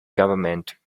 government